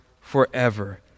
forever